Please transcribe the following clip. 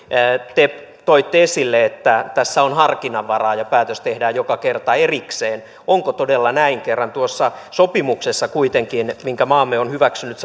te toitte esille että tässä on harkinnan varaa ja päätös tehdään joka kerta erikseen onko todella näin kerran tuossa sopimuksessa kuitenkin minkä maamme on hyväksynyt